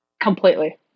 Completely